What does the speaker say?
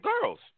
girls